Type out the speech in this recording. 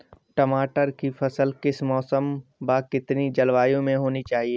टमाटर की फसल किस मौसम व कितनी जलवायु में होनी चाहिए?